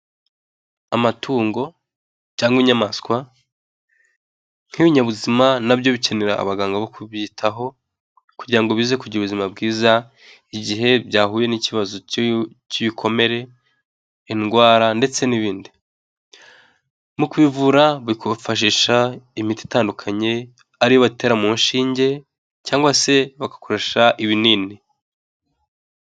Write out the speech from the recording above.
Amatungo cyangwa inyamaswa nk'ibinyabuzima nabyo bikenera abaganga bo kubyitaho kugira ngo bize kugira ubuzima bwiza igihe byahuye n'ikibazo k'ibikomere, indwara ndetse n'ibindi. Mu kubivura bifashisha imiti itandukanye ariyo batera mu nshinge cyangwa se bagakoresha ibinini.